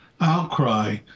outcry